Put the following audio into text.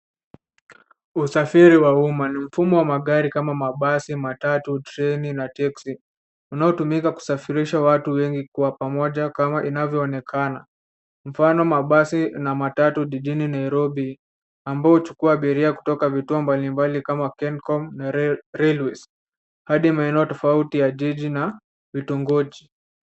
Usafiri wa umma ni mfumo wa magari kama mabasi, matatu, treni na teksi unaotumika kusafirisha watu wengi kwa pamoja kama inavyoonekana, mfano mabasi na matatu jijini Nairobi ambao huchukua abiria kutoka vituo mbalimbali kama Kencom, na railways hadi maeneo tofauti ya jiji na vitongoji.